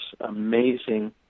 amazing